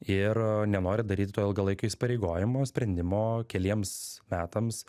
ir nenori daryti to ilgalaikio įsipareigojimo sprendimo keliems metams